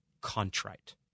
contrite